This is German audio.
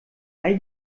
all